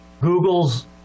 Google's